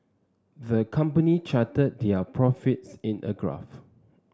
the company charted their profits in a graph